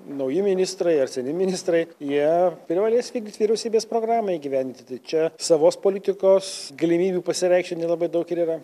nauji ministrai ar seni ministrai jie privalės vykdyt vyriausybės programą įgyvendinti čia savos politikos galimybių pasireikšti nelabai daug ir yra